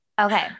Okay